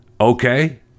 Okay